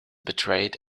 betrayed